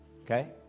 okay